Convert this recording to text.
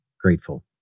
grateful